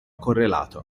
correlato